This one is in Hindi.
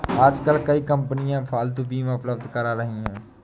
आजकल कई कंपनियां पालतू बीमा उपलब्ध करा रही है